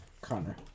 Connor